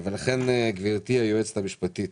גברתי היועצת המשפטית